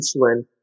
insulin